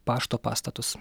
pašto pastatus